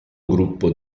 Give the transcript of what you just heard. gruppo